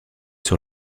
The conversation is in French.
sur